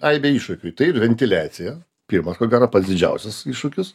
aibė iššūkių tai ir ventiliacija pirmas ko gero pats didžiausias iššūkis